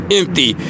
empty